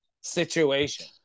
situation